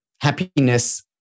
Happiness